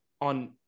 on